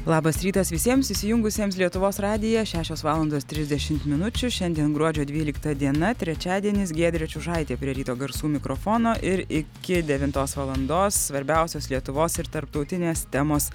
labas rytas visiems įsijungusiems lietuvos radiją šešios valandos trisdešimt minučių šiandien gruodžio dvylikta diena trečiadienis giedrė čiužaitė prie ryto garsų mikrofono ir iki devintos valandos svarbiausios lietuvos ir tarptautinės temos